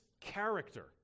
character